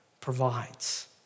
provides